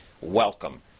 Welcome